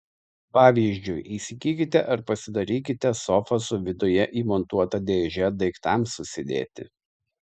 pavyzdžiui įsigykite ar pasidarykite sofą su viduje įmontuota dėže daiktams susidėti